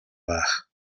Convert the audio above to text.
байх